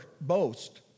boast